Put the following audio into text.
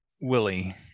Willie